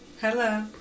Hello